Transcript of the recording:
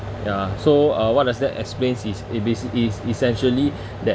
ya so uh what does that explains is basi~ is essentially that